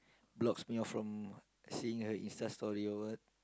blocks me off from seeing her insta story or what